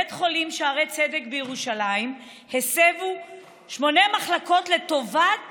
בבית החולים שערי צדק בירושלים הסבו שמונה מחלקות לטובת